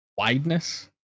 wideness